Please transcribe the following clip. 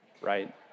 right